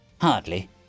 Hardly